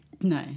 No